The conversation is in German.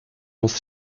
muss